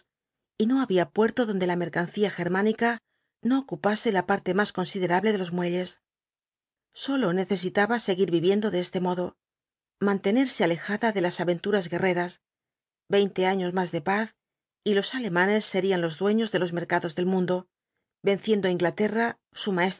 y no había puerto donde la mercancía germánica no ocupase la parte más considerable de los muelles sólo necesitaba seguir viviendo de este modo mantenerse alejada de las aventuras guerreras veinte años más de paz y los alemanes serían los dueños de los mercados del mundo venciendo á inglaterra